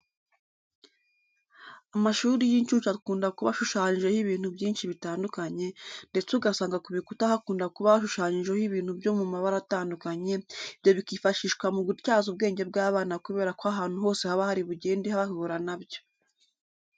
Amashuri y'inshuke akunda kuba ashushanyijeho ibintu byinshi bitandukanye, ndetse ugasanga ku bikuta hakunda kuba hashushanyijeho ibintu byo mu mabara atandukanye, ibyo bikifashishwa mu gutyaza ubwenge bw'abana kubera ko ahantu hose baba bari bugende bahura na byo.